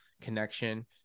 connection